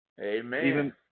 Amen